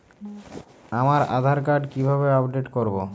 আমার আধার কার্ড কিভাবে আপডেট করব?